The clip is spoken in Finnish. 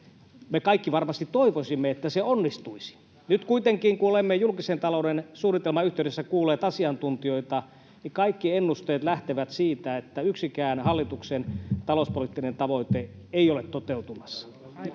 me kaikki varmasti toivoisimme, että se onnistuisi. [Juho Eerola: Tähän asti on!] Nyt kuitenkin kun olemme julkisen talouden suunnitelman yhteydessä kuulleet asiantuntijoita, niin kaikki ennusteet lähtevät siitä, että yksikään hallituksen talouspoliittinen tavoite ei ole toteutumassa. Siksi